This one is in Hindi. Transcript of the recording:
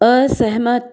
असहमत